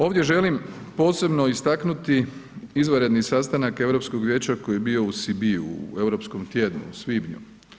Ovdje želim posebno istaknuti izvanredni sastanak Europsko vijeća koji je bio u Sibiu u Europskom tjednu u svibnju.